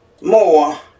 more